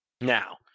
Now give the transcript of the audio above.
Now